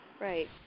Right